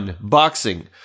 Boxing